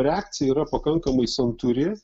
reakcija yra pakankamai santūri